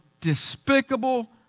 despicable